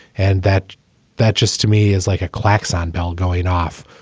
and that that just to me is like a claxon bell going off,